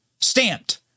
stamped